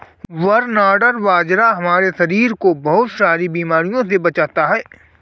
barnyard बाजरा हमारे शरीर को बहुत सारी बीमारियों से बचाता है